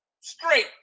straight